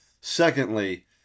Secondly